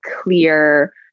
clear